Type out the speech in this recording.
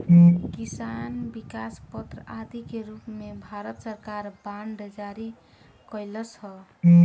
किसान विकास पत्र आदि के रूप में भारत सरकार बांड जारी कईलस ह